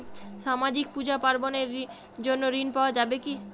সামাজিক পূজা পার্বণ এর জন্য ঋণ পাওয়া যাবে কি?